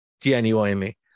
Genuinely